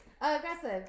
aggressive